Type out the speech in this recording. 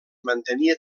mantenia